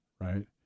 right